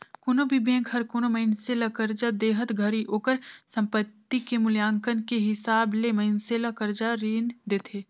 कोनो भी बेंक हर कोनो मइनसे ल करजा देहत घरी ओकर संपति के मूल्यांकन के हिसाब ले मइनसे ल करजा रीन देथे